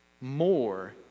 more